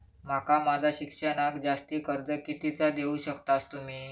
माका माझा शिक्षणाक जास्ती कर्ज कितीचा देऊ शकतास तुम्ही?